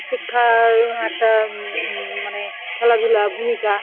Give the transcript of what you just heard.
শিক্ষার একটা মানে খেলাধুলা ভূমিকা